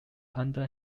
under